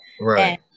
right